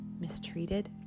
mistreated